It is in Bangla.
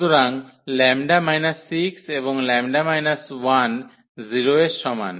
সুতরাং λ 6 এবং λ 1 0 এর সমান